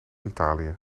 italië